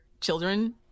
children